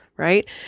right